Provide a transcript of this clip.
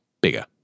bigger